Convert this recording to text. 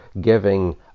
giving